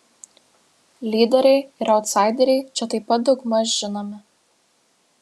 lyderiai ir autsaideriai čia taip pat daugmaž žinomi